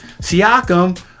Siakam